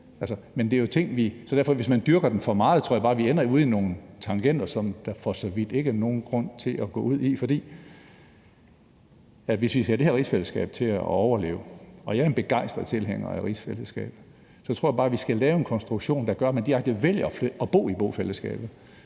meget, tror jeg bare, vi ender ude ad nogle tangenter, som der for så vidt ikke er nogen grund til at gå ud ad. For hvis vi skal have det her rigsfællesskab til at overleve – og jeg er en begejstret tilhænger af rigsfællesskabet – så tror jeg bare, vi skal lave en konstruktion, der gør, at man direkte vælger at bo i bofællesskabet.